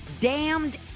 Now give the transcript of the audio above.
damned